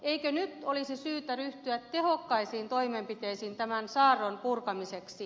eikö nyt olisi syytä ryhtyä tehokkaisiin toimenpiteisiin tämän saarron purkamiseksi